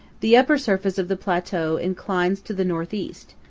the upper surface of the plateau inclines to the northeast,